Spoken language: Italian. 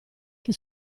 che